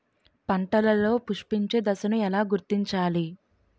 పంటలలో పుష్పించే దశను ఎలా గుర్తించాలి?